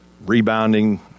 rebounding